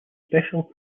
special